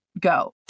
go